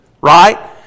right